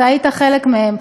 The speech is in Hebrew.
אתה היית חלק מהם,